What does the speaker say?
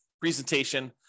presentation